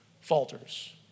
falters